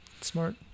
smart